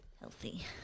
Healthy